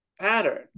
pattern